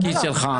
בבקשה.